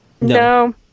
No